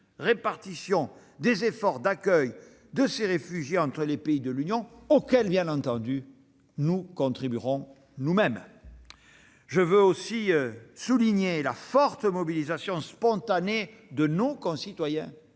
répartition des efforts d'accueil de ces réfugiés entre les pays de l'Union. Bien entendu, nous y contribuerons nous-mêmes. Je veux aussi souligner la forte mobilisation spontanée de nos concitoyens,